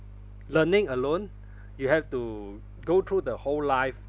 learning alone you have to go through the whole life